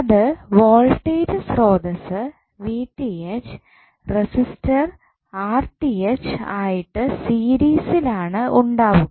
അത് വോൾട്ടേജ് സ്രോതസ്സ് റസിസ്റ്റർ ആയിട്ട് സീരീസിൽ ആണ് ഉണ്ടാവുക